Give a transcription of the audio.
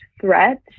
threat